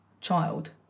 child